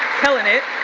killing it